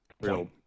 real